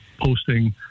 posting